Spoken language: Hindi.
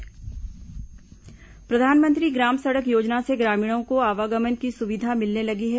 प्रधानमंत्री ग्राम सड़क योजना प्रधानमंत्री ग्राम सड़क योजना से ग्रामीणों को आवागमन की सुविधा मिलने लगी है